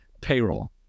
payroll